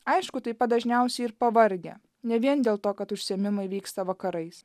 aišku taip pat dažniausiai ir pavargę ne vien dėl to kad užsiėmimai vyksta vakarais